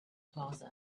plaza